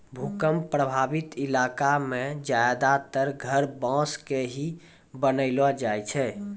भूकंप प्रभावित इलाका मॅ ज्यादातर घर बांस के ही बनैलो जाय छै